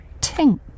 Tink